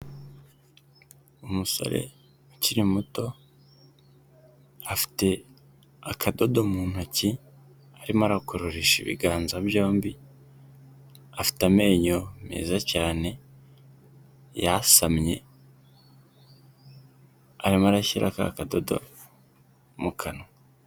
Umusore ukiri muto, afite akadodo mu ntoki, arimo arakururisha ibiganza byombi, afite amenyo meza cyane, yasamye, arimo arashyira ka kadodo mu kanwa.